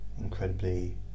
incredibly